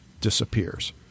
disappears